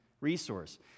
resource